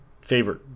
favorite